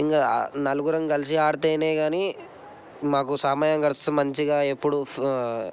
ఇంకా నలుగురు కలిసి ఆడితే కానీ మాకు సమయం గడిస్తుంది మంచిగా ఎప్పుడు